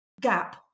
gap